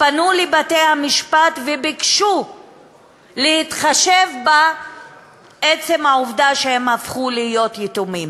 פנו לבתי-המשפט וביקשו להתחשב בעצם העובדה שהם הפכו להיות יתומים,